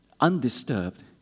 undisturbed